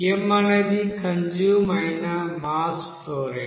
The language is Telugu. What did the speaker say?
అనేది కంజ్యూమ్ అయిన మాస్ ఫ్లో రేట్ ఇది మాస్ ఫర్ టైం